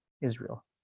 Israel